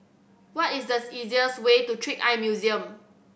what is easiest way to Trick Eye Museum